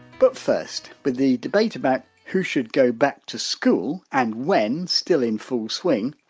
but first, with the debate about who should go back to school and when, still in full swing,